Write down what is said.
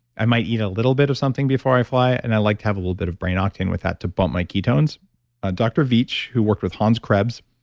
i might eat a little bit of something before i fly, and i like to have a little bit of brain octane with that to bump my ketones ah dr. veach, who worked with hans krebs,